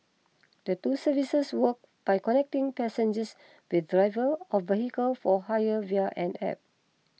the two services work by connecting passengers with drivers of vehicles for hire via an App